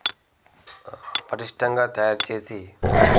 పటిష్టంగా తయారుచేసి